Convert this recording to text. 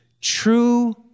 True